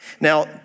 Now